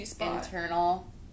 internal